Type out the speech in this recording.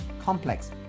Complex